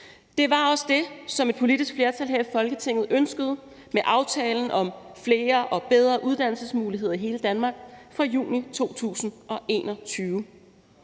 Det var også det, som et politisk flertal her i Folketinget ønskede med aftalen om »Flere og bedre uddannelsesmuligheder i hele Danmark« fra juni 2021.